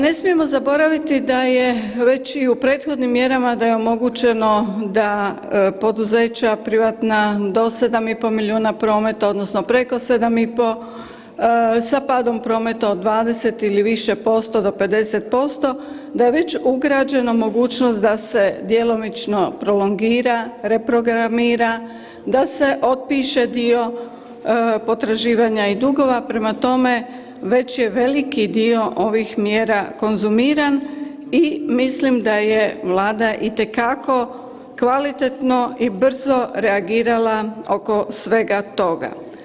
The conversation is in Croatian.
Ne smijemo zaboraviti da je već i u prethodnim mjerama da je omogućeno da poduzeća privatna do 7,5 milijuna prometa odnosno preko 7,5 sa padom prometa od 20 ili više posto do 50%, da već ugrađena mogućnost da se djelomično prolongira, reprogramira, da se otpiše dio potraživanja i dugova, prema tome već je veliki dio ovih mjera konzumiran i mislim da je Vlada itekako kvalitetno i brzo reagirala oko svega toga.